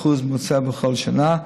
כ-30% בממוצע בכל שנה.